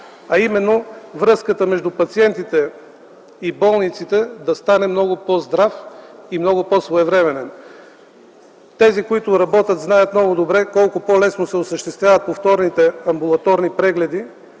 а именно връзката между пациентите и болниците да стане много по-здрава и много по-своевременна. Тези, които работят, знаят много добре колко по-лесно се осъществяват повторните амбулаторни прегледи